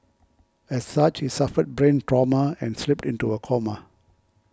as such he suffered brain trauma and slipped into a coma